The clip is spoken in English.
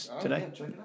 today